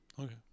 Okay